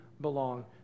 belong